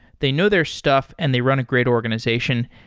they know their stuff and they run a great organization.